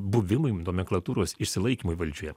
buvimui nomenklatūros išsilaikymui valdžioje